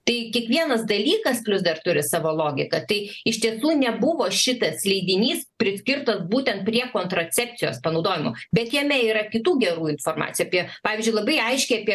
tai kiekvienas dalykas plius dar turi savo logiką tai iš tiesų nebuvo šitas leidinys priskirtas būtent prie kontracepcijos panaudojimo bet jame yra kitų gerų informaci apie pavyzdžiui labai aiškiai apie